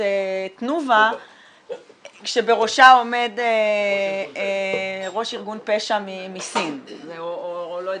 תנובה כשבראשה עומד ראש ארגון פשע מסין או לא יודעת.